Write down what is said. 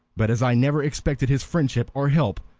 but as i never expected his friendship or help,